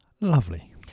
lovely